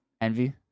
Envy